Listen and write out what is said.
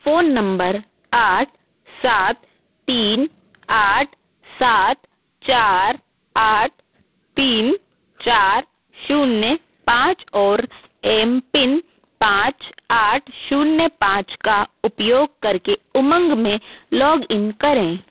phone number आठ सात तीन आठ सात चार आठ तीन चार शून्य पाँच और एम पिन पाँच आठ शून्य पाँच का उपयोग करके उमंग में लॉगइन करें